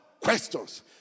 questions